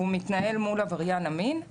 והוא מתנהל מול עבריין המין.